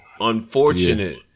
unfortunate